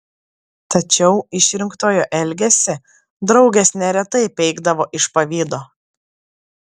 tačiau išrinktojo elgesį draugės neretai peikdavo iš pavydo